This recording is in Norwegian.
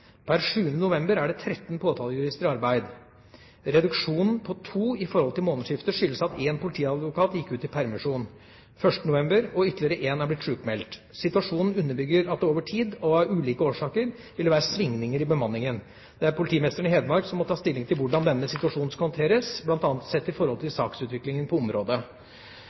Per 7. november er det 13 påtalejurister i arbeid. Reduksjonen på to i forhold til månedsskiftet skyldes at én politiadvokat gikk ut i permisjon 1. november, og ytterligere en er blitt sykmeldt. Situasjonen underbygger at det over tid, av ulike årsaker, vil være svingninger i bemanningen. Det er politimesteren i Hedmark som må ta stilling til hvordan denne situasjonen skal håndteres, bl.a. sett i forhold til saksutviklingen på området.